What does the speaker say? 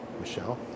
Michelle